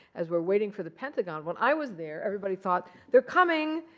as we're waiting for the pentagon. when i was there, everybody thought, they're coming.